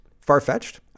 far-fetched